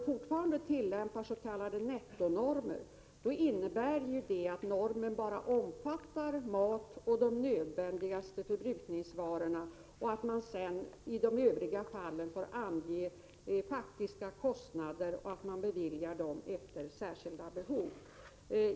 Fortfarande tillämpas därvidlag s.k. nettonormer, som endast omfattar mat och de nödvändigaste förbrukningsvarorna. I övrigt får man ange de faktiska kostnaderna, varefter medel beviljas med hänsyn till de särskilda behoven.